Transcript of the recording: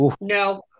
No